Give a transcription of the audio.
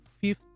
fifth